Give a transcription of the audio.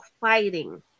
fighting